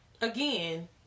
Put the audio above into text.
Again